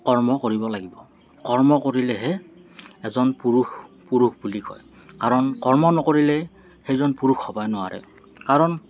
কৰ্ম কৰিব লাগিব কৰ্ম কৰিলেহে এজন পুৰুষ পুৰুষ বুলি কয় কাৰণ কৰ্ম নকৰিলে সেইজন পুৰুষ হ'বই নোৱাৰে কাৰণ